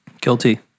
Guilty